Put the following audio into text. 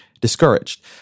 discouraged –